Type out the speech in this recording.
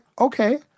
Okay